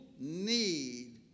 need